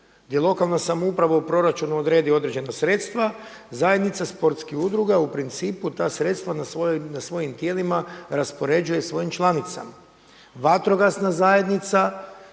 gdje lokalna samouprava u proračunu odredi određena sredstva zajednica sportskih udruga u principu ta sredstva na svojim tijelima raspoređuje svojim članicama. Vatrogasna zajednica